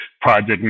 project